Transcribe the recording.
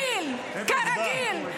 כרגיל, שלושת --- כרגיל, כרגיל.